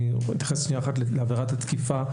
אני אתייחס לעבירת התקיפה.